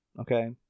Okay